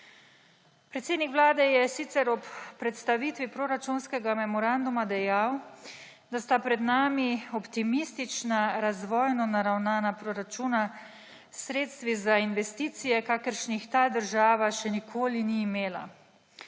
Predsednik Vlade je sicer ob predstavitvi proračunskega memoranduma dejal, da sta pred nami optimistična razvojno naravnava proračuna s sredstvi za investicije, kakršnih ta država še nikoli ni imela,